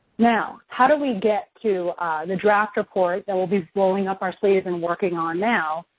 now, how do we get to the draft report that we'll be rolling up our sleeves and working on now,